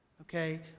Okay